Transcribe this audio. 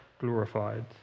glorified